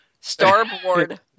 starboard